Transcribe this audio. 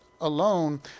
alone